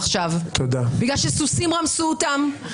לפנות כבר לבג"ץ שאם החוק הזה יעבור בקריאה שנייה ושלישית,